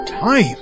Time